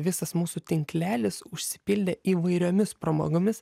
visas mūsų tinklelis užsipildė įvairiomis pramogomis